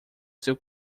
seu